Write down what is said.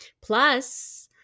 Plus